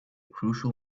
crucial